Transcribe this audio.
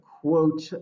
quote